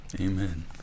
Amen